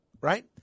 right